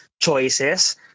choices